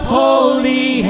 holy